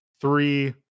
three